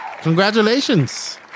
Congratulations